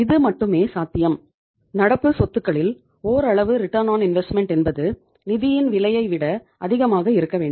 இது மட்டுமே சாத்தியம் நடப்பு சொத்துகளில் ஓரளவு ரிட்டர்ன் ஆன் இன்வெஸ்ட்மென்ட் ROI என்பது நிதியின் விலையை விட அதிகமாக இருக்க வேண்டும்